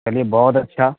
بہت اچھا